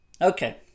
Okay